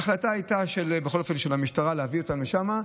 ההחלטה של המשטרה הייתה להביא אותם לשם.